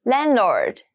Landlord